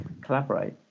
collaborate